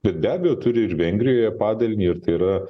bet be abejo turi ir vengrijoje padalinį ir tai yra